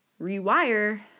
rewire